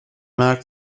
merkt